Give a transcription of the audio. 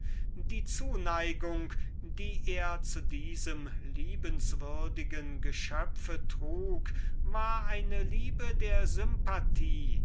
die zuneigung die er zu diesem liebenswürdigen geschöpfe trug war eine liebe der sympathie